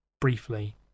Briefly